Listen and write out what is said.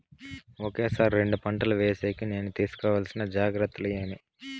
ఒకే సారి రెండు పంటలు వేసేకి నేను తీసుకోవాల్సిన జాగ్రత్తలు ఏమి?